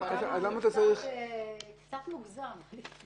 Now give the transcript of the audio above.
זה קצת מוגזם.